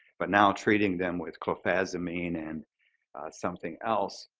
but now treating them with clofazimine and something else